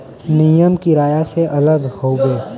नियम किराया से अलग हउवे